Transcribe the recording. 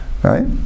Right